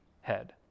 head